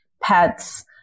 pets